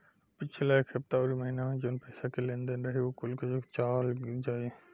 पिछला एक हफ्ता अउरी महीना में जवन पईसा के लेन देन रही उ कुल चुकावल जाई